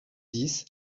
dix